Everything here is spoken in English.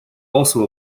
also